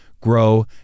grow